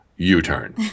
U-turn